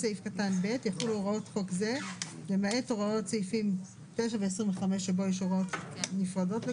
של הוצאת אנשים ממערכת האשפוז לבריאות הנפש והעברה שלהם